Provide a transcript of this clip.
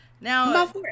Now